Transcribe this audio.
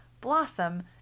blossom